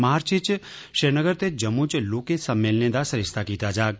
मार्च इच श्रीनगर ते जम्मू च लौहके सम्मेलने दा सरिस्ता कीता जाग